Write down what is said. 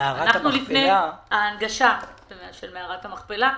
ההנגשה למערת המכפלה.